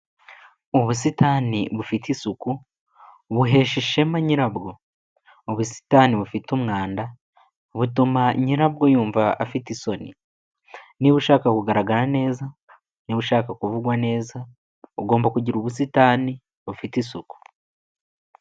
Ubusitani bufite isuku buhesha ishema nyirabwo, ubusitani bufite umwanda butuma nyirabwo yumva afite isoni, niba ushaka kugaragara neza, niba ushaka kuvugwa neza, ugomba kugira ubusitani bufite isuku.